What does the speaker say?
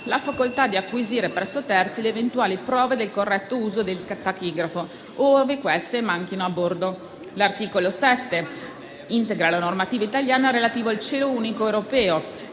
la facoltà di acquisire presso terzi le eventuali prove del corretto uso del tachigrafo, ove queste manchino a bordo. L'articolo 7 integra la normativa italiana relativa al cielo unico europeo,